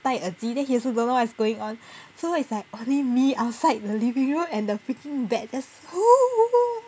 带耳机 then he also don't know what is going on so it's like only me outside the living room and the freaking bat that's so